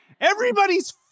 everybody's